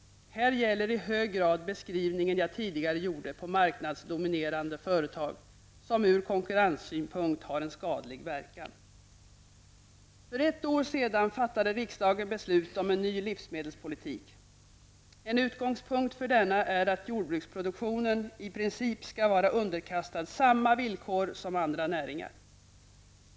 Här gäller i hög grad beskrivningen jag tidigare gjorde på marknadsdominerande företag som ur konkurrenssynpunkt har en skadlig verkan. För ett år sedan fattade riksdagen beslut om en ny livsmedelspolitik. En utgångspunkt för denna är att jordbruksproduktion i princip skall vara underkastad samma villkor som andra näringar.